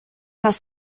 das